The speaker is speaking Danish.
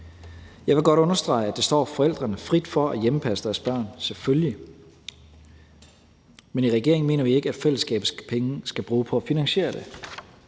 Jeg vil godt understrege, at det står forældrene frit for at hjemmepasse deres børn – selvfølgelig. Men i regeringen mener vi ikke, at fællesskabets penge skal bruges på at finansiere det.